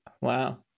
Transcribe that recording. Wow